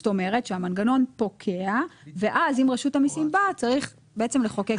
זאת אומרת שהמנגנון פוקע ואז אם רשות המיסים באה צריך לחוקק את החוק.